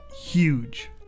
huge